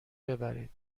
ببرید